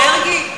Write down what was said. מרגי,